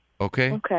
Okay